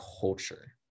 culture